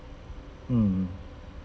mm